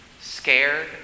scared